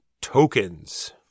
tokens